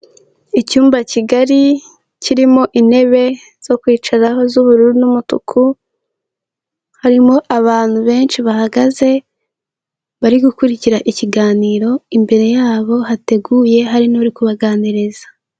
Icyumba kigari kirimo intebe zo kwicaraho z'ubururu n'umutuku, harimo abantu benshi bahagaze, bari gukurikira ikiganiro, imbere yabo hateguye hari n'uri kubaganiriza.